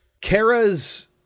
Kara's